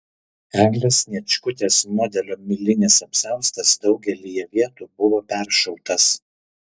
eglės sniečkutės modelio milinis apsiaustas daugelyje vietų buvo peršautas